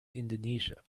indonesia